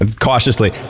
cautiously